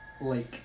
lake